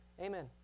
Amen